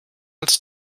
als